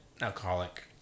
alcoholic